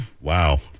Wow